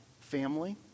family